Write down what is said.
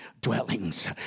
dwellings